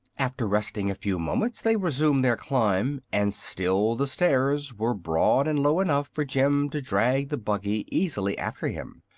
after resting a few moments they resumed their climb, and still the stairs were broad and low enough for jim to draw the buggy easily after him.